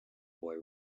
boy